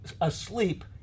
asleep